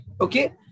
Okay